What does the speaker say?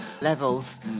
levels